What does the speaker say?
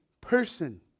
person